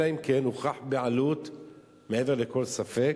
אלא אם כן הוכחה בעלות מעבר לכל ספק,